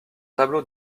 tableau